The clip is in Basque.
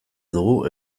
dugu